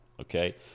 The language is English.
okay